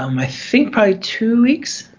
um i think probably two weeks,